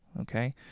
okay